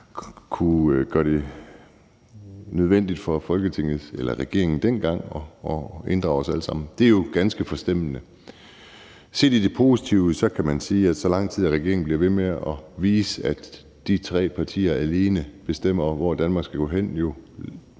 kunne gøre det nødvendigt for regeringen dengang at inddrage os alle sammen. Det er jo ganske forstemmende. Positivt set kan man sige, at så længe regeringen bliver ved med at vise, at de tre partier alene bestemmer, hvor Danmark skal gå hen, jo